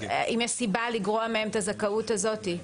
האם יש סיבה לגרוע מהם את הזכאות הזאת?